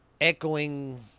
echoing